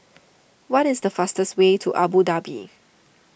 what is the fastest way to Abu Dhabi